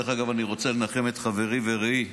אני רוצה לנחם את חברי ורעי,